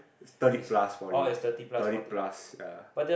thirty plus forty thirty plus ya